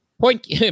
Point